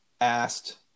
asked